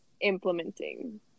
implementing